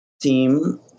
team